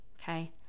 okay